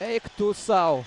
eik tu sau